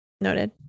noted